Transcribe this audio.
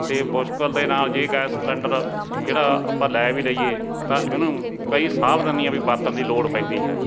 ਅਤੇ ਮੁਸ਼ਕਿਲ ਦੇ ਨਾਲ ਜੇ ਗੈਸ ਸਿਲੰਡਰ ਜਿਹੜਾ ਆਪਾਂ ਲੈ ਵੀ ਲਈਏ ਤਾਂ ਇਹਨੂੰ ਕਈ ਸਾਵਧਾਨੀਆਂ ਵੀ ਵਰਤਣ ਦੀ ਲੋੜ ਪੈਂਦੀ ਹੈ